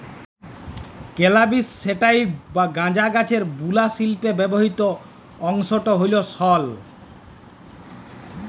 ক্যালাবিস sativa বা গাঁজা গাহাচের বুলা শিল্পে ব্যাবহিত অংশট হ্যল সল